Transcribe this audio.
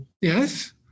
Yes